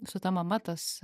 su ta mama tas